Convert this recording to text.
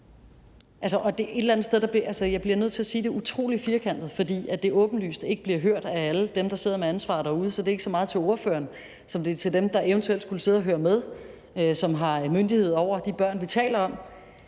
sted bliver jeg nødt til at sige det utrolig firkantet, fordi det åbenlyst ikke bliver hørt af alle dem, der sidder med ansvaret derude, så det er ikke så meget til ordføreren, som det er til dem, der eventuelt skulle sidde og høre med, og som har myndighed over de børn, vi taler om.